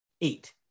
eight